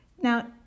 Now